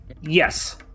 Yes